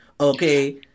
okay